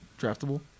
draftable